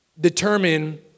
determine